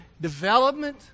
development